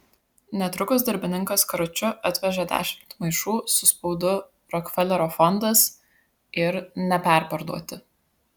netrukus darbininkas karučiu atvežė dešimt maišų su spaudu rokfelerio fondas ir neperparduoti